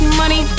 money